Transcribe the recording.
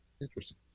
Interesting